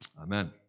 Amen